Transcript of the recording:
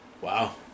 Wow